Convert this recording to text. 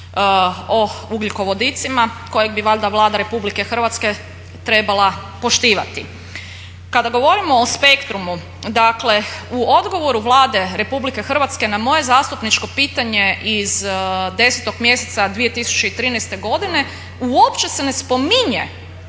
o ugljikovodicima kojeg bi valjda Vlada RH trebala poštivati. Kada govorimo o Spektrumu, dakle u odgovoru Vlade RH na moje zastupničko pitanje iz 10 mjeseca 2013. godine uopće se ne spominje